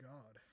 God